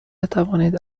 بتوانید